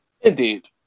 indeed